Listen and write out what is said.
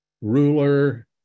ruler